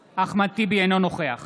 טיבי, אינו נוכח